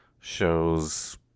shows